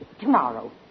tomorrow